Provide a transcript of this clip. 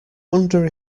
wonder